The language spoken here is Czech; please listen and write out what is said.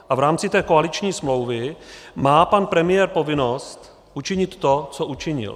A v rámci té koaliční smlouvy má pan premiér povinnost učinit to, co učinil.